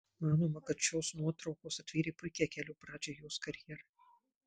manoma kad šios nuotraukos atvėrė puikią kelio pradžią į jos karjerą